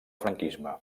franquisme